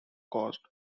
costs